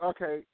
Okay